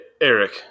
Eric